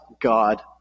God